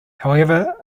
however